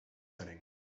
setting